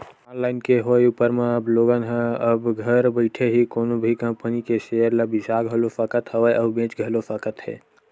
online के होय ऊपर म अब लोगन ह अब घर बइठे ही कोनो भी कंपनी के सेयर ल बिसा घलो सकत हवय अउ बेंच घलो सकत हे